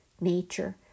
nature